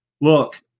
Look